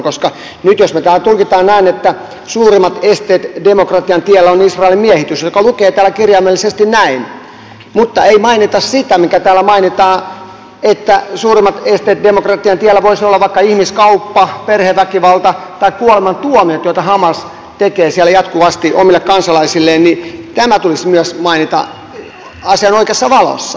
nyt jos me täällä tulkitsemme näin että suurin este demokratian tiellä on israelin miehitys mikä lukee täällä kirjaimellisesti näin mutta emme mainitse sitä mikä täällä mainitaan että suurimmat esteet demokratian tiellä voisivat olla vaikka ihmiskauppa perheväkivalta tai kuolemantuomiot joita hamas tekee siellä jatkuvasti omille kansalaisilleen niin tämä tulisi myös mainita asian oikeassa valossa